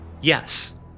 yes